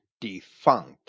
defunct